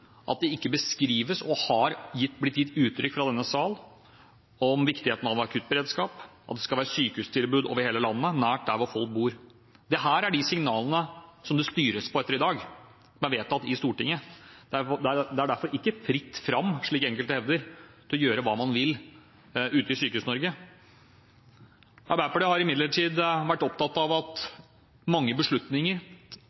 ikke har vært beskrevet og blitt gitt uttrykk for fra denne sal. De signalene det styres etter i dag, er vedtatt i Stortinget. Derfor er det ikke fritt fram, slik enkelte hevder, til å gjøre hva man vil ute i Sykehus-Norge. Arbeiderpartiet har imidlertid vært opptatt av at